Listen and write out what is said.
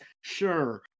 sure